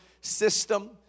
system